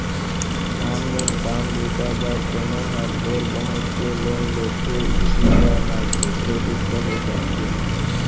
नानमून काम बूता बर कोनो ह थोर बहुत के लोन लेथे उही ल माइक्रो करेडिट कहे जाथे